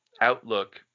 outlook